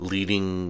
Leading